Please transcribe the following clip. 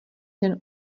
den